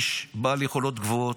ראש המוסד, איש בעל יכולות גבוהות.